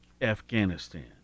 Afghanistan